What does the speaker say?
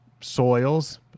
soils